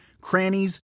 crannies